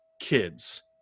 kids